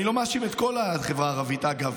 אני לא מאשים את כל החברה הערבית, אגב.